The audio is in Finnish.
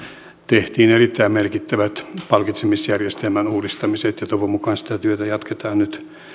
tehtiin erittäin merkittävät palkitsemisjärjestelmän uudistamiset ja toivon mukaan sitä työtä jatketaan nyt